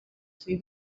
see